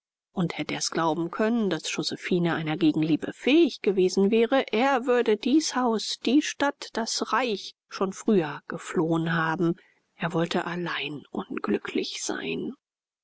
und hätte er's glauben können daß josephine einer gegenliebe fähig gewesen wäre er würde dies haus die stadt das reich schon früher geflohen haben er wollte allein unglücklich sein